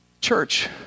Church